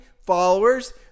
followers